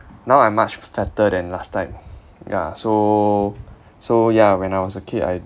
now I'm much fatter than last time ya so so ya when I was a kid I